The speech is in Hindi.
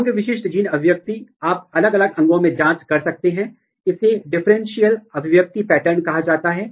रेगुलेटर और पाथवे के रेगुलेटरी इंटरेक्शन को समझने के लिए जो विकास रेगुलेटर द्वारा विनियमित किया जा रहा है मेटा विश्लेषण या सह अभिव्यक्ति विश्लेषण किया जा सकता है